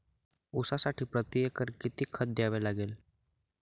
ऊसासाठी प्रतिएकर किती खत द्यावे लागेल?